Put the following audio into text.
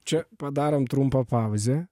čia padarom trumpą pauzę